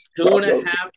two-and-a-half